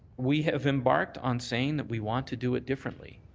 we have embarked on saying that we want to do it differently.